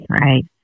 right